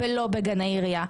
לא בגני עירייה".